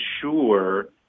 sure